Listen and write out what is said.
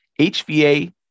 HVA